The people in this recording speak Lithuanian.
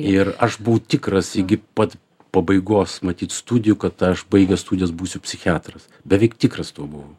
ir aš buvau tikras iki pat pabaigos matyt studijų kad aš baigęs studijas būsiu psichiatras beveik tikras tuo buvau